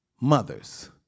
mothers